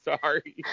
sorry